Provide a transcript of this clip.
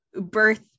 birth